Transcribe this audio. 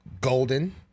Golden